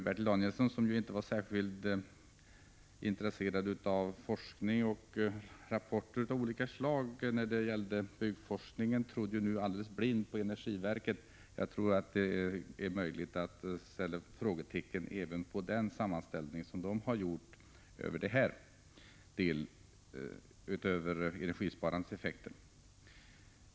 Bertil Danielsson, som nu inte var särskilt intresserad av forskning och rapporter av olika slag när det gällde byggforskningen, trodde nu alldeles blint på energiverket. Jag tror att det är möjligt att sätta ett frågetecken även för den sammanställning som verket har gjort över energisparandets effekter.